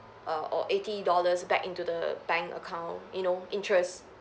err or eighty dollars back into the bank account you know interest